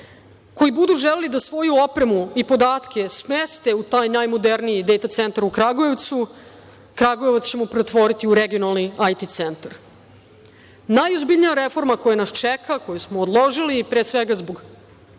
koji budu želeli da svoju opremu i podatke smeste u taj najmoderniji Data centar u Kragujevcu, Kragujevac ćemo pretvoriti u regionalni IT centar. Najozbiljnija reforma koja nas čeka, koju smo odložili pre svega zbog